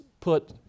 put